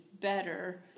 better